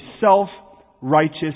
self-righteous